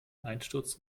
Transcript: einsturz